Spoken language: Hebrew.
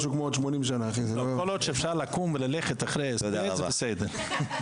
כל עוד אפשר לקום וללכת אחרי הספד, זה בסדר.